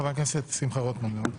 חבר הכנסת שמחה רוטמן, בבקשה.